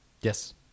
Yes